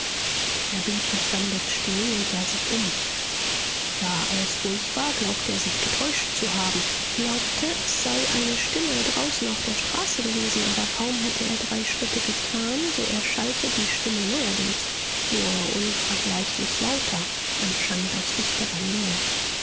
er blieb befremdet stehen und sah sich um da alles ruhig war glaubte er sich getäuscht zu haben glaubte es sei eine stimme draußen auf der straße gewesen aber kaum hatte er drei schritte getan so erschallte die stimme neuerdings nur unvergleichlich lauter anscheinend aus dichterer nähe